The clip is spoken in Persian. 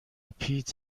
پیت